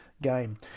Game